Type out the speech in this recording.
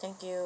thank you